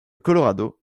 colorado